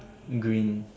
green